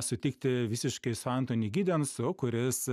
sutikti visiškai su antoni gidensu kuris